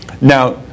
Now